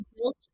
built